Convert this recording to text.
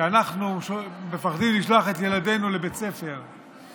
כשאנחנו מפחדים לשלוח את ילדינו לבית הספר,